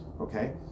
okay